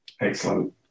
Excellent